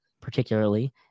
Particularly